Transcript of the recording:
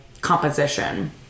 composition